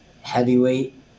heavyweight